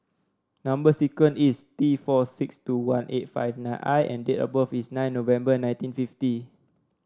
number sequence is T four six two one eight five nine I and date of birth is nine November nineteen fifty